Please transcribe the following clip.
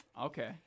Okay